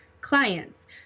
clients